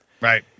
right